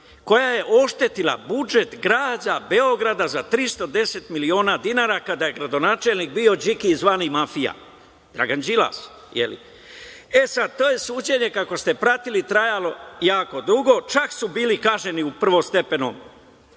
koja je oštetila budžet grada Beograda, za 310 miliona dinara, kada je gradonačelnik bio Điki, zvani mafija, Dragan Đilas.E sada, to je suđenje ako ste pratili, trajalo jako dugo, čak su bili kažnjeni u prvostepenom